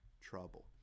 trouble